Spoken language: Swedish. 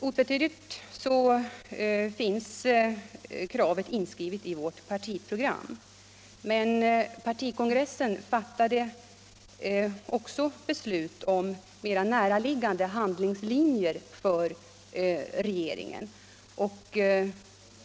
Otvetydigt finns kravet på förstatligande inskrivet i det socialdemokratiska partiprogrammet, men partikongressen har också fattat beslut om mera näraliggande handlingslinjer för regeringen.